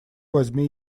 возьми